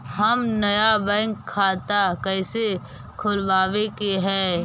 हम नया बैंक खाता कैसे खोलबाबे के है?